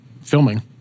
filming